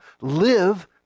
live